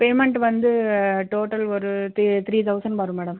payment வந்து total ஒரு three three thousand வரும் மேடம்